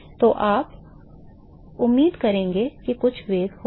तो आप उम्मीद करेंगे कि कुछ वेग होगा